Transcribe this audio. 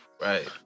Right